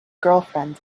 girlfriend